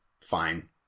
fine